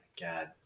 God